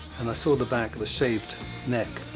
and i saw the back of the shaved neck,